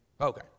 Okay